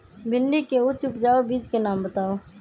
भिंडी के उच्च उपजाऊ बीज के नाम बताऊ?